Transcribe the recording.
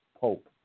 pope